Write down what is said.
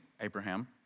Abraham